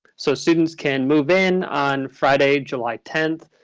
so students can move in on friday, july tenth.